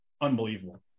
unbelievable